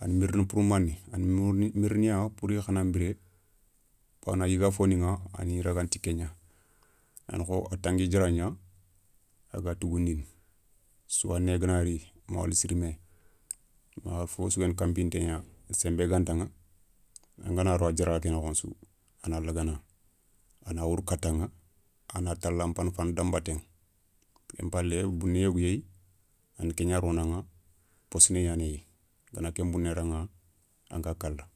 A na mirini pour mané, a na miriniya pouri khanan biré, bawoni a yiga foniηa a ni ragane ti ké gna. A na kho a tangui diara gna a ga tougoundine, souwané gana ri ma wala sirimé, mawale fofo sou guéni kanpinté gna, senbé gantaηa, angana ro a diara ké nokhon sou, a na lagana. A na wourou kataηa a na tala nfana fana dan baté. Ken palé bouné yogo yéyi, a na ké gna ronaηa, possné yanéyi gana ke nbouné raηa, anga kalla.